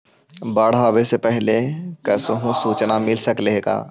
बाढ़ आवे से पहले कैसहु सुचना मिल सकले हे का?